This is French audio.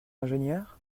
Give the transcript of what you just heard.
ingénieur